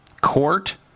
Court